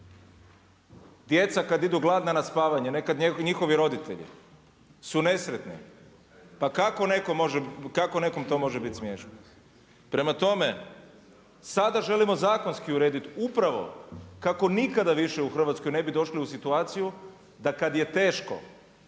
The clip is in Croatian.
djeca kada idu gladna na spavanje, nekad njihovi roditelji su nesretni. Pa kako nekom to može biti smiješno? Prema tome, sada želimo zakonski uredit upravo kako nikada više u Hrvatskoj ne bi došli u situaciju da kada je teško